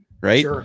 Right